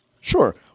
Sure